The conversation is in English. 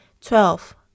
Twelve